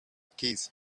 keys